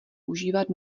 užívat